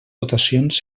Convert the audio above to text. votacions